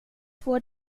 får